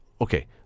okay